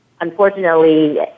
unfortunately